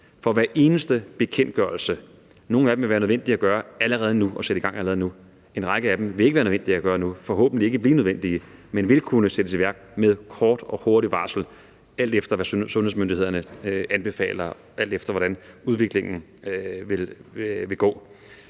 med en række bekendtgørelser. Hvad angår nogle af dem, vil det være nødvendigt at gøre noget allerede nu og sætte noget i gang allerede nu; hvad angår en række af dem, vil det ikke være nødvendigt at gøre noget nu og forhåbentlig ikke blive nødvendigt, men de vil kunne sættes i værk med kort varsel, alt efter hvad sundhedsmyndighederne anbefaler, alt efter hvordan udviklingen vil gå.